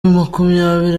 makumyabiri